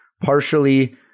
Partially